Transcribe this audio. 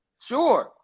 sure